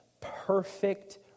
perfect